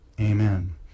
Amen